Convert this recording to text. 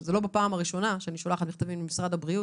ושזה לא בפעם הראשונה שאני שולחת מכתבים למשרד הבריאות,